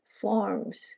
forms